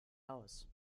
aus